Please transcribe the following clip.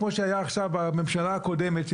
כמו שהממשלה הקודמת,